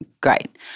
Great